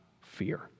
fear